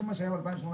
זה מה שהיה ב-2018.